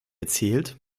erzählt